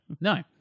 No